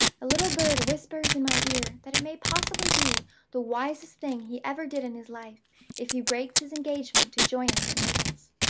a little bird whispers in my ear that it may possibly be the wisest thing he ever did in his life if he breaks his engagement to join us at naples.